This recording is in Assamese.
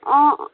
অঁ